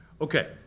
Okay